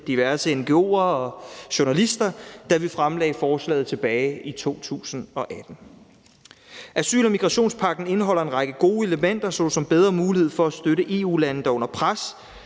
diverse ngo'er og journalister, da vi fremlagde forslaget tilbage i 2018. Asyl- og migrationspagten indeholder en række gode elementer såsom bedre muligheder for at støtte EU-lande, der er